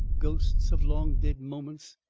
ghosts of long dead moments.